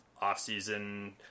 off-season